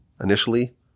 initially